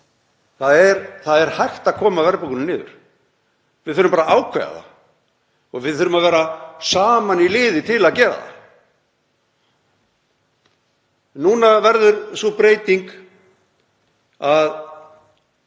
Það er hægt að koma verðbólgunni niður. Við þurfum bara að ákveða það og við þurfum að vera saman í liði til að gera það. Sú breyting